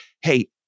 hey